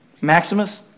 Maximus